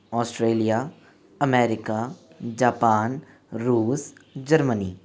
Australia America Japan Russia Germany